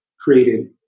created